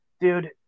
dude